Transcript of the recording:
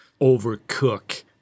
overcook